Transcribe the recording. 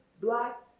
black